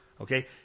Okay